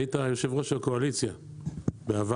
היית יושב-ראש של קואליציה בעבר.